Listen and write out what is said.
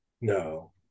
no